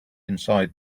inside